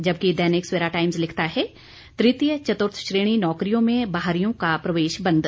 जबकि दैनिक सवेरा टाइम्स लिखता है तृतीय चतुर्थ श्रेणी नौकरियों में बाहरियों का प्रवेश बंद